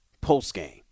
post-game